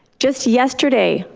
just yesterday,